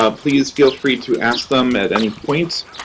ah please feel free to ask them at any point.